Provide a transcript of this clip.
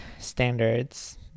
standards